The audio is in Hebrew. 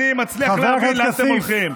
אני מצליח להבין לאן אתם הולכים,